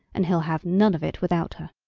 and he'll have none of it without her.